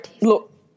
look